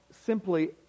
simply